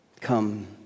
come